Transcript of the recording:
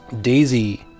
Daisy